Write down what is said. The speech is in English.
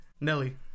Nelly